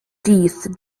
teeth